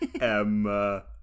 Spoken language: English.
emma